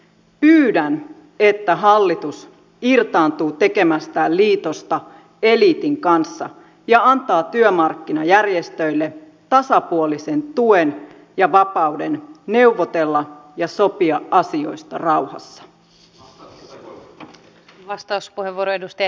pyydän että hallitus irtaantuu tekemästään liitosta eliitin kanssa ja antaa työmarkkinajärjestöille tasapuolisen tuen ja vapauden neuvotella ja sopia asioista rauhassa